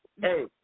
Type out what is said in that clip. Hey